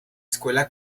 escuela